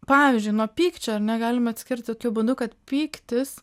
pavyzdžiui nuo pykčio ar ne galime atskirt tokiu būdu kad pyktis